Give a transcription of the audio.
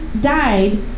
died